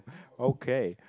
okay